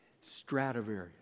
Stradivarius